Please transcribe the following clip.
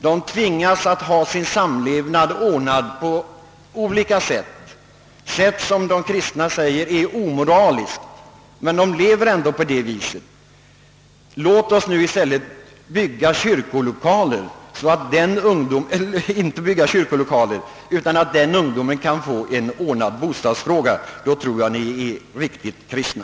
De tvingas att ha sin samlevnad ordnad på olika sätt — ibland på sådant sätt som kristna anser vara omoraliskt, men ungdomarna lever ändå så. Låt oss nu avstå från att bygga kyrkolokaler under en kort tid så att den ungdomen delvis kan få bostadsfrågan ordnad. Då tror jag ni är riktigt kristna.